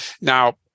Now